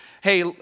hey